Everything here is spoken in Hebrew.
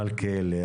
מלכיאלי,